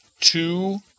two